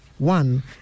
One